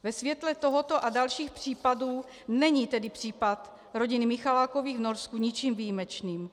Ve světle tohoto a dalších případů není tedy případ rodiny Michalákových v Norsku ničím výjimečným.